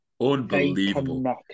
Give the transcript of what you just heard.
Unbelievable